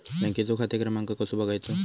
बँकेचो खाते क्रमांक कसो बगायचो?